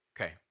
Okay